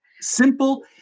Simple